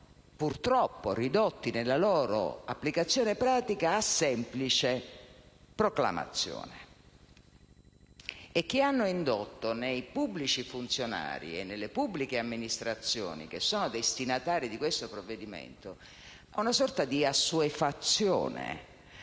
purtroppo ridotti, nella loro applicazione pratica, a semplice proclamazione. E hanno indotto, nei pubblici funzionari e nelle pubbliche amministrazioni destinatari di questo provvedimento, una sorta di assuefazione